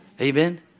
Amen